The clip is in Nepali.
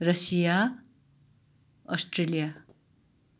Russia Australia